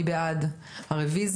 מי בעד הרוויזיה?